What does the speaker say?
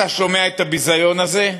אתה שומע את הביזיון הזה?